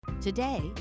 Today